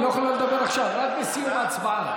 היא לא יכולה לדבר עכשיו, רק בסיום ההצבעה.